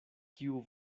kiu